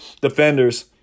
defenders